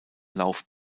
lauf